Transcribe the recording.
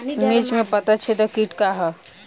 मिर्च में पता छेदक किट का है?